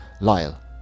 Lyle